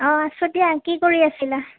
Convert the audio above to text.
অঁ আছোঁ দিয়া কি কৰি আছিলা